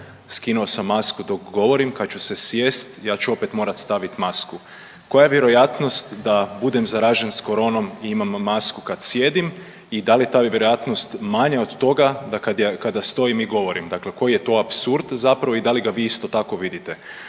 skinuo sam masku dok govorim. Kad ću se sjesti ja ću opet morati staviti masku. Koja je vjerojatnost da budem zaražen sa coronom i imam masku kad sjedim i da li je ta vjerojatnost manja od toga da kada stojim i govorim. Dakle, koji je to apsurd zapravo i da li ga vi isto tako vidite.